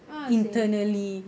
ah seh